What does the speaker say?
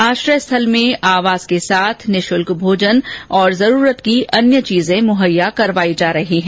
आश्रय स्थल में आवास के साथ निशुल्क भोजन और जरूरत की अन्य चीजें मुहैया करवायी जा रही है